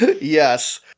Yes